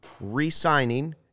re-signing